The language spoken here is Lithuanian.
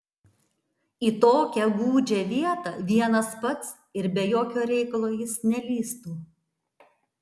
į tokią gūdžią vietą vienas pats ir be jokio reikalo jis nelįstų